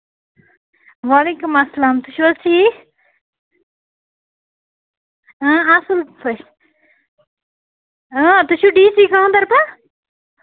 وعلیکُم اَسلام تُہۍ چھِو حظ اَصٕل پٲٹھۍ آ تُہۍ چھِو ڈی سی گانٛدربَل